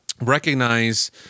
recognize